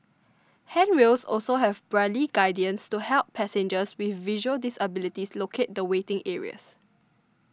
handrails also have Braille guidance to help passengers with visual disabilities locate the waiting areas